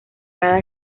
cada